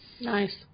Nice